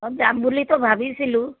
অঁ যাম বুলিতো ভাবিছিলোঁ